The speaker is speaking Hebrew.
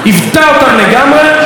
שכחה את הפרטים,